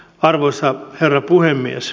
arvoisa herra puhemies